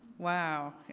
wow,